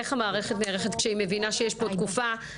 איך המערכת נערכת כשהיא מבינה שיש פה תקופה